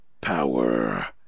power